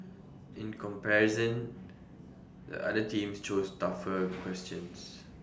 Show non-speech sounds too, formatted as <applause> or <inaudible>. in comparison the other teams chose tougher <noise> questions